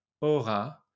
aura